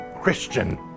Christian